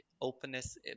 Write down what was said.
openness